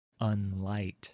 unlight